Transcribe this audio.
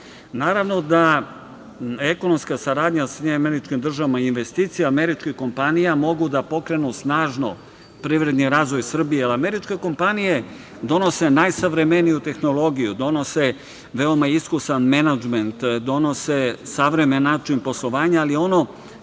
Naravno da ekonomska saradnja SAD i investicije američke kompanije mogu da pokrenu snažno privredni razvoj Srbije, ali američke kompanije donose najsavremeniju tehnologiju, donose veoma iskusan menadžment, donose savremen način poslovanja, ali ono